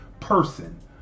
Person